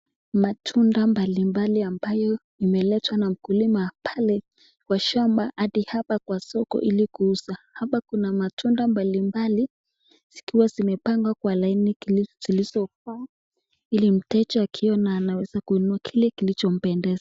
Matunda mbalimbali ambayo yameletwa na mkulima pale kwa shamba hadi hapa kwa soko ili kuuza. Hapa kuna matunda mbalimbali zikiwa zimepangwa kwa laini zilizofaa ili mteja akiona anaweza kuinoaa kile kilichompendeza.